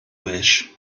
wish